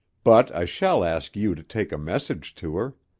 but i shall ask you to take a message to her.